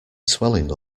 swelling